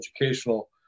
educational